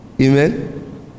amen